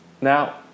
Now